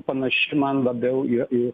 panaši man labiau į į